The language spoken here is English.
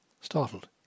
Startled